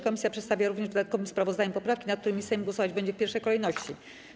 Komisja przedstawia również w dodatkowym sprawozdaniu poprawki, nad którymi Sejm głosować będzie w pierwszej kolejności.